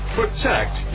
protect